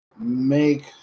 make